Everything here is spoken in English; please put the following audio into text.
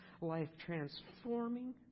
life-transforming